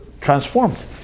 transformed